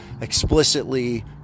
explicitly